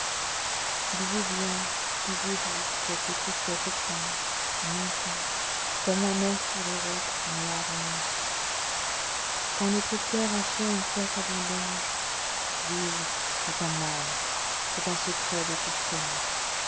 où vous vient disiez-vous cette tristesse étrange montant comme la mer sur le roc noir et nu quand notre cœur a fait une fois sa vendange vivre est un mal i c'est un secret de tous connu